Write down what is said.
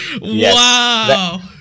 Wow